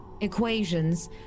equations